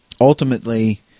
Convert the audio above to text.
ultimately